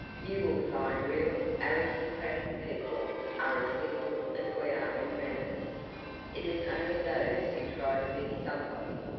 you will find real aristocratic people are as simple as we are in manners it is only those who try to be somebody,